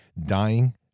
dying